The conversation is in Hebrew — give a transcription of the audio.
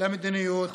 למדיניות הזאת.